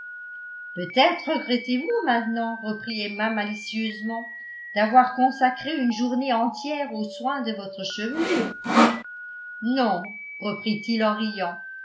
peut-être regrettez-vous maintenant reprit emma malicieusement d'avoir consacré une journée entière aux soins de votre chevelure non reprit-il en riant